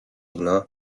өгнө